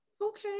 okay